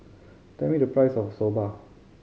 tell me the price of Soba